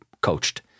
coached